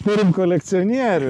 turim kolekcionierių